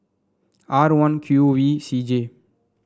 R one Q V C J